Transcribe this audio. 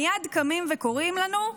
מייד קמים וקוראים לנו: